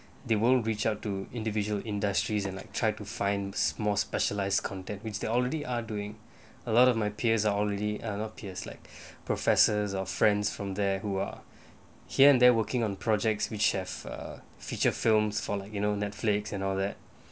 they will reach out to individual industries and like try to find small specialised contact which they already are doing a lot of my peers are only uh not peers like professors or friends from there who are here and they're working on projects which have err feature films for like you know Netflix and all that